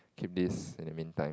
keep this in the meantime